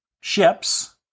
ships